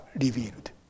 revealed